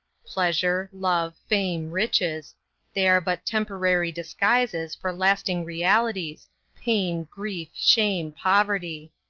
pleasure, love, fame, riches they are but temporary disguises for lasting realities pain, grief, shame, poverty.